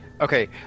Okay